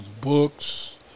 books